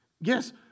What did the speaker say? Yes